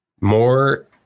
More